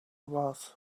was